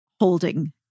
holding